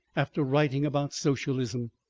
after writing about socialism.